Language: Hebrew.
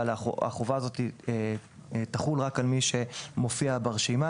אבל החובה הזו תחול רק על מי שמופיע ברשימה,